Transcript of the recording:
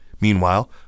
Meanwhile